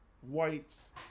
White's